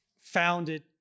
Founded